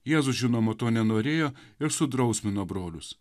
jėzus žinoma to nenorėjo ir sudrausmino brolius